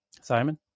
Simon